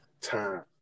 time